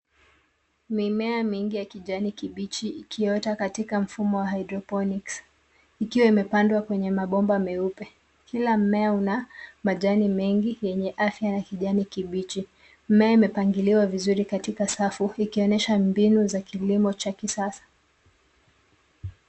Mimea mingi ya kijani kibichi ikiota katika mfumo wa hydroponics ikiwa imepandwa kwenye mabomba meupe. Kila mmea una majani mengi yenye afya ya kijani kibichi. Mmea imepangiliwa vizuri katika safu ikionyesha mbinu za kilimo cha kisasa.